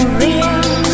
real